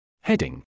Heading